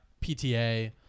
PTA